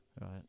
right